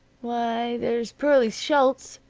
why, there's pearlie schultz,